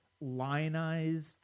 lionized